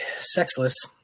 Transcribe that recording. sexless